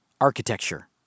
architecture